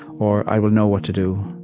or, i will know what to do,